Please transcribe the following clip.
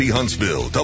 Huntsville